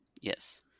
Yes